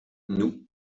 nous